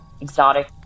exotic